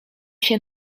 się